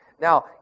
Now